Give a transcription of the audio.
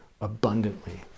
abundantly